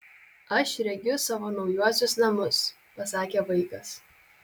aš regiu savo naujuosius namus pasakė vaikas